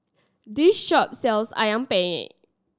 this shop sells Ayam Penyet